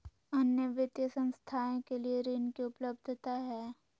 अन्य वित्तीय संस्थाएं के लिए ऋण की उपलब्धता है?